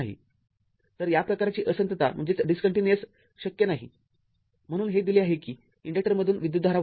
तर या प्रकारची असंतता शक्य नाही म्हणून हे दिले आहे कि इन्डक्टरमधून विद्युतधारा वाहत नाही